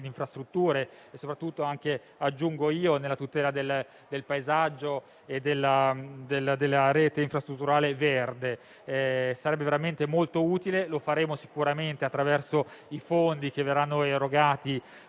e soprattutto anche - aggiungo io - per la tutela del paesaggio e della rete infrastrutturale verde. Sarebbe veramente molto utile e lo faremo sicuramente attraverso i fondi che verranno erogati